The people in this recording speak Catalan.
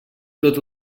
tot